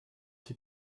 die